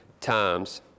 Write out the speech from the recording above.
times